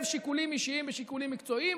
שיקולים אישיים בשיקולים מקצועיים,